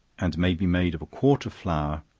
and may be made of a quart of flour,